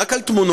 רק על תמונות,